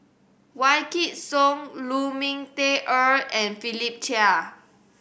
Wykidd Song Lu Ming Teh Earl and Philip Chia